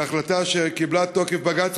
והחלטה שקיבלה תוקף בג"ץ,